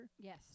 Yes